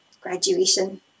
graduation